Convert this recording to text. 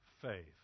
faith